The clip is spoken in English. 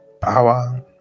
power